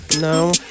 No